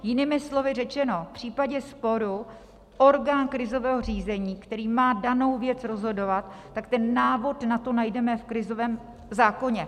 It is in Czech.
Jinými slovy řečeno, v případě sporu orgán krizového řízení, který má danou věc rozhodovat, tak ten návod na to najdeme v krizovém zákoně.